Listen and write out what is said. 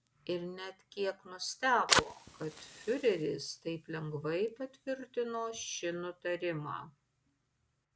ir net kiek nustebo kad fiureris taip lengvai patvirtino šį nutarimą